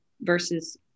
versus